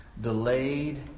delayed